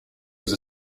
was